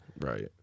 Right